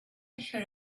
heard